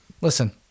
listen